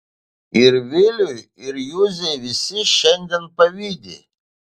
ir viliui ir juzei visi šiandien pavydi